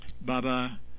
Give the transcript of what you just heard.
Baba